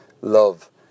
love